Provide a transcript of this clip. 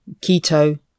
keto